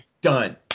Done